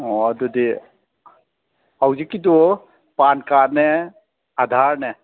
ꯑꯣ ꯑꯗꯨꯗꯤ ꯍꯧꯖꯤꯛꯀꯤꯗꯨ ꯄꯥꯟ ꯀꯥꯠꯅꯦ ꯑꯗꯥꯔꯅꯦ